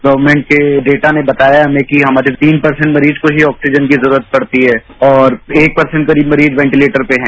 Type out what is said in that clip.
government के data ने बताया हमें कि तीन परसेंट मरीज को ही ऑक्सीजन की जरूरत पड़ती है और एक परसेंट करीब मरीज वेटिलेटर पर हैं